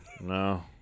No